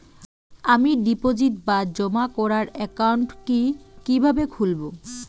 আমি ডিপোজিট বা জমা করার একাউন্ট কি কিভাবে খুলবো?